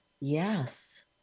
Yes